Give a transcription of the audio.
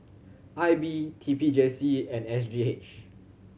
I B T P J C and S G H